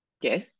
Yes